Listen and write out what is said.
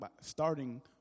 starting